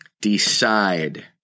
decide